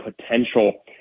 potential